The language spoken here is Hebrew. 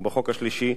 ובחוק השלישי,